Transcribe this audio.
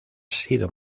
sido